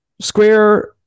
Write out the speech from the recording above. Square